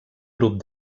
grup